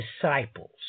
disciples